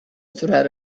threat